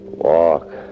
Walk